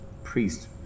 priest